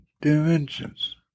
dimensions